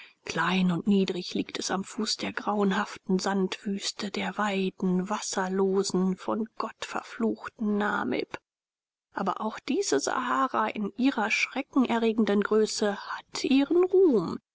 klein und niedrig liegt es am fuß der grauenhaften sandwüste der weiten wasserlosen von gott verfluchten namib aber auch diese sahara in ihrer schrecken erregenden größe hat ihren ruhm